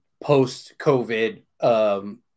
post-COVID